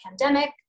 pandemic